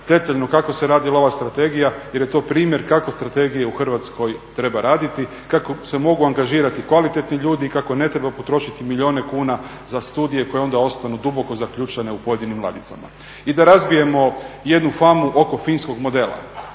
detaljno kako se radila ova strategija jer je to primjer kako strategije u Hrvatskoj treba raditi, kako se mogu angažirati kvalitetni ljudi i kako ne treba potrošiti milijune kuna za studije koje onda ostanu duboko zaključane u pojedinim ladicama. I da razbijemo jednu famu oko finskog modela.